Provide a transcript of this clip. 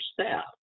staff